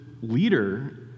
leader